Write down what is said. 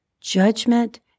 judgment